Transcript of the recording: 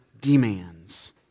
demands